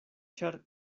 ĉar